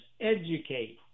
educate